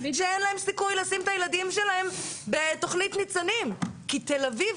שאין להם סיכוי לשים את הילדים שלהם בתכנית "ניצנים" כי תל-אביב,